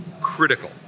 critical